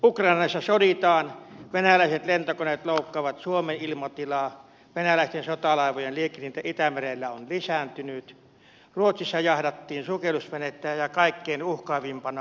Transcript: ukrainassa soditaan venäläiset lentokoneet loukkaavat suomen ilmatilaa venäläisten sotalaivojen liikehdintä itämerellä on lisääntynyt ruotsissa jahdattiin sukellusvenettä ja kaikkein uhkaavimpana